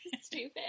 Stupid